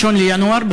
1 בינואר,